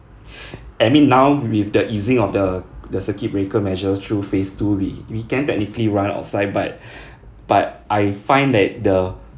I mean now with the easing of the the circuit breaker measures through phase two we we can technically run outside but but I find that the